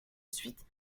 suites